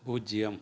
பூஜ்யம்